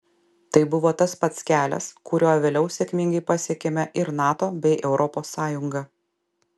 tai buvo tas pats kelias kuriuo vėliau sėkmingai pasiekėme ir nato bei europos sąjungą